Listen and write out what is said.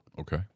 Okay